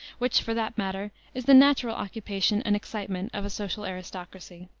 which, for that matter, is the natural occupation and excitement of a social aristocracy.